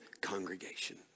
congregation